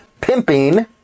pimping